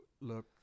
look